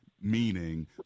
meaning